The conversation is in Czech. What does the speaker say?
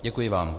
Děkuji vám.